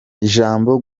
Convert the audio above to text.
ijambo